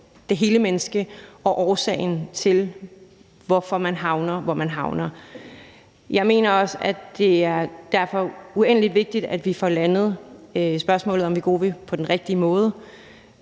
det hele menneske og årsagen til, at man havner, hvor man havner. Jeg mener derfor også, det er uendelig vigtigt, at vi får landet spørgsmålet om Wegovy på den rigtige måde.